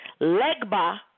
Legba